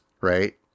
right